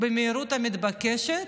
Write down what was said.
במהירות המתבקשת,